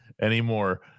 anymore